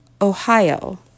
Ohio